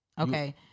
okay